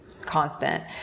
constant